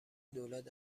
دولت